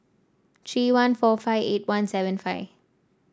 three one four five eight one seven five